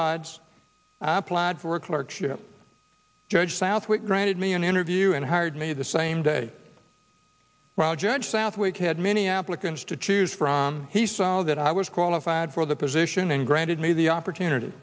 odds i applied for clerkship judge southwick granted me an interview and hired me the same day roger southwick had many applicants to choose from he saw that i was qualified for the position and granted me the opportunity